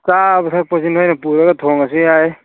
ꯆꯥꯕ ꯊꯛꯄꯁꯤ ꯅꯣꯏꯅ ꯄꯨꯔꯒ ꯊꯣꯡꯂꯁꯨ ꯌꯥꯏ